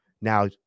Now